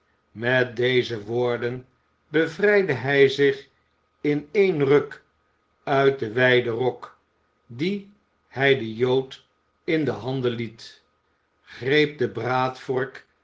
met deze woorden bevrijdde hij zich in een ruk uit den wijden rok dien hij den jood in de handen liet greep de